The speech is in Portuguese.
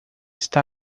está